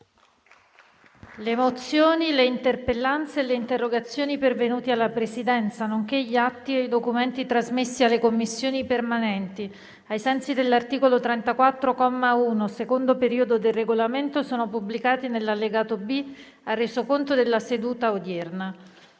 Le mozioni, le interpellanze e le interrogazioni pervenute alla Presidenza, nonché gli atti e i documenti trasmessi alle Commissioni permanenti ai sensi dell'articolo 34, comma 1, secondo periodo, del Regolamento sono pubblicati nell'allegato B al Resoconto della seduta odierna.